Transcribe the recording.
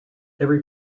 every